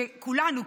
שכולנו,